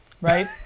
right